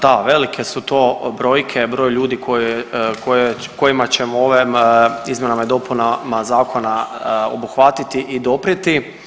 Da, velike su to brojke, broj ljudi kojima ćemo ovim izmjenama i dopunama zakona obuhvatiti i doprijeti.